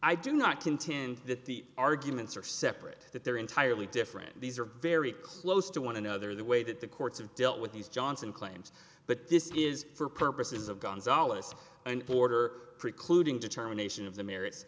i do not content that the arguments are separate that they're entirely different these are very close to one another the way that the courts have dealt with these johnson claims but this is for purposes of gonzales and border precluding determination of the merits